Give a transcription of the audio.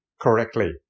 correctly